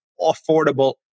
affordable